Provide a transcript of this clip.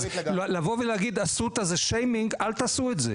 לבוא ולהגיד אסותא זה שיימינג, ואל תעשו את זה.